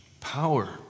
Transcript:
power